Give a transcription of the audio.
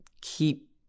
keep